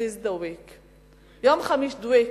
עזיז דוויק, דְוויק,